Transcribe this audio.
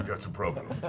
that's a problem.